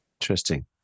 Interesting